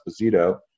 Esposito